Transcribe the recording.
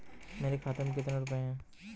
मेरे खाते में कितने रुपये हैं?